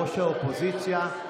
ראש האופוזיציה.